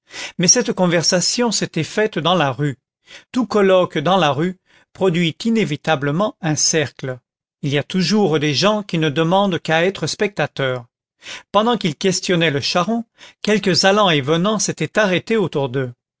mais cette conversation s'était faite dans la rue tout colloque dans la rue produit inévitablement un cercle il y a toujours des gens qui ne demandent qu'à être spectateurs pendant qu'il questionnait le charron quelques allants et venants s'étaient arrêtés autour d'eux